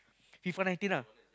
F_I_F_A Nineteen ah